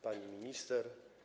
Pani Minister!